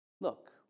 Look